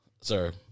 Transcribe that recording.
sir